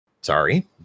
Sorry